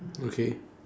okay